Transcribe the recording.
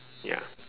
ya